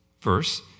verse